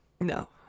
No